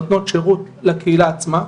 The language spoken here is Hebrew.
שנותנות שירות לקהילה עצמה,